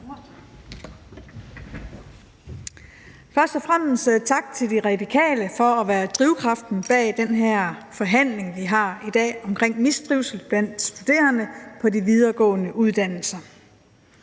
tak til De Radikale for at være drivkraften bag den her forhandling, vi har i dag, omkring mistrivsel blandt studerende på de videregående uddannelser.